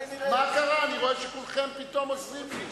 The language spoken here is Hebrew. אני רואה שכולכם פתאום עוזרים לי.